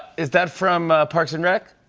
is that from parks and rec?